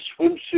swimsuit –